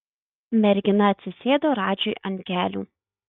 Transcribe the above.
mergina atsisėdo radžiui ant kelių